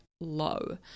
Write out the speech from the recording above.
low